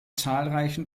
zahlreichen